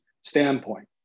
standpoint